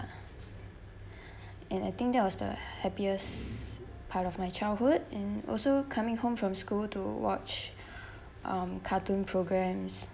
and I think that was the happiest part of my childhood and also coming home from school to watch um cartoon programmes